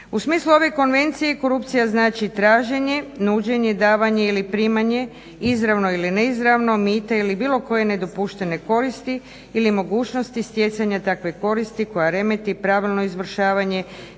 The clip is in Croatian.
U smislu ove konvencije korupcija znači traženje, nuđenje, davanje ili primanje izravno ili neizravno mita ili bilo koje nedopuštene koristi ili mogućnosti stjecanja takve koristi koja remeti pravilno izvršavanje